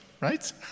Right